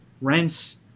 rents